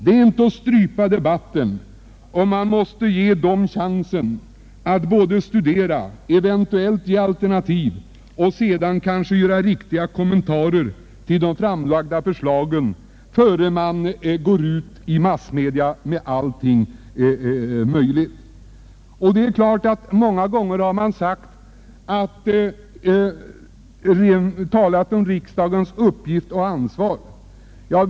Det är inte att strypa debatten om man ger riksdagsledamöterna chansen att studera statsverkspropositionen, samt eventuellt framföra alternativ och göra riktiga kommentarer, innan materialet går ut i massmedia. Många gånger har man talat om riksdagens uppgift och ansvar.